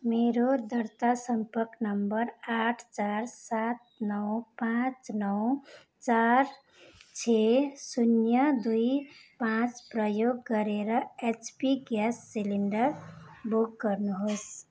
मेरो दर्ता सम्पर्क नम्बर आठ चार सात नौ पाँच नौ चार छे शून्य दुई पाँच प्रयोग गरेर एचपी ग्यास सिलिन्डर बुक गर्नुहोस्